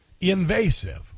Invasive